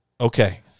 Okay